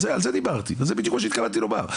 על זה דיברתי וזה בדיוק מה שהתכוונתי לומר.